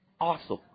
awesome